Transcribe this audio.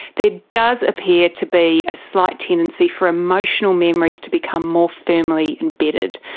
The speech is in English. there does appear to be a slight tendency for emotional memories to become more firmly embedded.